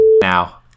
now